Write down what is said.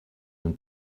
him